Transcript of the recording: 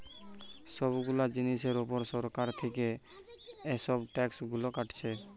সব গুলা জিনিসের উপর সরকার থিকে এসব ট্যাক্স গুলা কাটছে